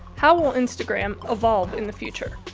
how will instagram evolve in the future?